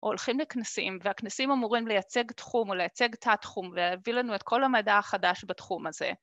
הולכים לכנסים והכנסים אמורים לייצג תחום או לייצג תת-תחום ולהביא לנו את כל המדע החדש בתחום הזה.